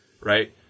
right